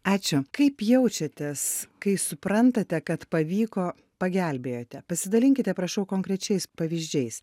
ačiū kaip jaučiatės kai suprantate kad pavyko pagelbėjote pasidalinkite prašau konkrečiais pavyzdžiais